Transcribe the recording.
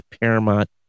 paramount